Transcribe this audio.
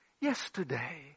yesterday